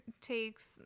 takes